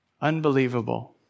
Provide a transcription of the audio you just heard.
Unbelievable